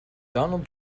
donald